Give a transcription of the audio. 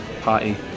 party